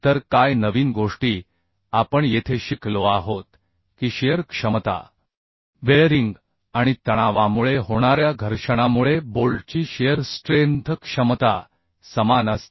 तर काय नवीन गोष्टी आपण येथे शिकलो आहोत की शिअर क्षमता बेअरिंग आणि तणावामुळे होणाऱ्या घर्षणामुळे बोल्टची शिअर स्ट्रेंथ क्षमता समान असते